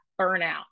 burnout